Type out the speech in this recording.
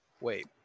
Wait